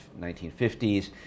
1950s